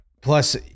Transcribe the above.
Plus